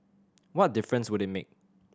what difference would it make